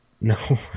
No